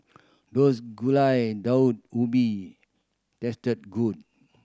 does Gulai Daun Ubi taste good